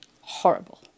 Horrible